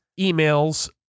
emails